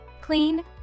Clean